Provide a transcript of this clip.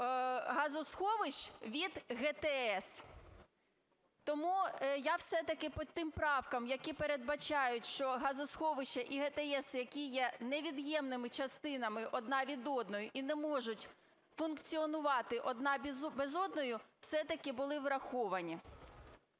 газосховищ від ГТС. Тому я все-таки по тим правкам, які передбачають, що газосховища і ГТС, які є невід'ємними частинами одна від одної і не можуть функціонувати одна без одної, все-таки були враховані.